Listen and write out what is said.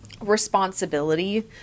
responsibility